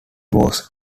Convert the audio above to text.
was